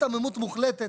היתממות מוחלטת.